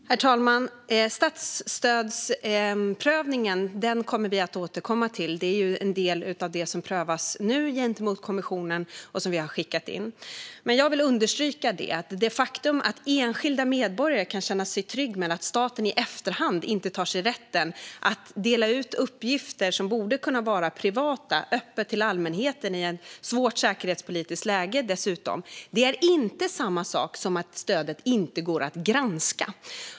Herr talman! Statsstödsprövningen kommer vi att återkomma till. Det är ju en del av det som prövas nu gentemot kommissionen och som vi har skickat in. Jag vill understryka att det faktum att enskilda medborgare kan känna sig trygga med att staten inte i efterhand tar sig rätten att öppet till allmänheten dela ut uppgifter som borde kunna vara privata, dessutom i ett svårt säkerhetspolitiskt läge, inte är samma sak som att stödet inte går att granska.